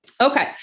Okay